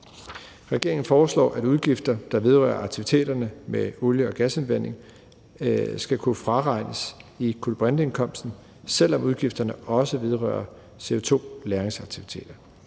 Regeringen foreslår, at udgifter, der vedrører aktiviteterne med olie- og gasindvinding, skal kunne fraregnes i kulbrinteindkomsten, selv om udgifterne også vedrører CO2-lagringsaktiviteter.